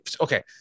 okay